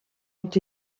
ont